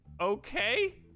okay